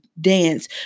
dance